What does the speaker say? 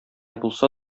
булса